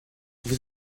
vous